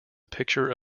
picture